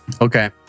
Okay